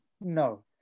No